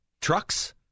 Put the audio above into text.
trucks